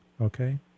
Okay